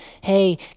Hey